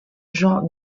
jean